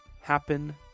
happen